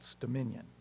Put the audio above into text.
dominion